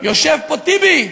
יושב פה טיבי,